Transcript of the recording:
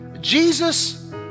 Jesus